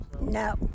No